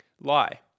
Lie